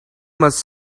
must